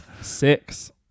Six